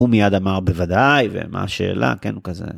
הוא מיד אמר, בוודאי, ומה השאלה, כן, הוא כזה..